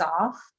off